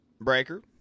breaker